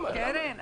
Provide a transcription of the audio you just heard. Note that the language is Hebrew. קרן,